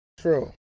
True